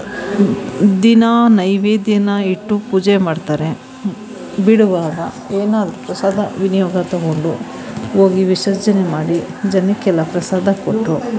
ದಿನಾ ನೈವೇದ್ಯನ ಇಟ್ಟು ಪೂಜೆ ಮಾಡ್ತಾರೆ ಬಿಡುವಾಗ ಏನಾದ್ರು ಪ್ರಸಾದ ವಿನಿಯೋಗ ತಗೊಂಡು ಹೋಗಿ ವಿಸರ್ಜನೆ ಮಾಡಿ ಜನಕ್ಕೆಲ್ಲ ಪ್ರಸಾದ ಕೊಟ್ಟು